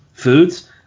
foods